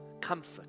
comfort